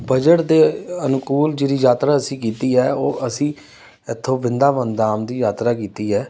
budget ਦੇ ਅਨੁਕੂਲ ਜਿਹੜੀ ਯਾਤਰਾ ਅਸੀਂ ਕੀਤੀ ਹੈ ਉਹ ਅਸੀਂ ਇੱਥੋਂ ਵ੍ਰਿੰਦਾਵਨ ਧਾਮ ਦੀ ਯਾਤਰਾ ਕੀਤੀ ਹੈ